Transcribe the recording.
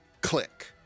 Click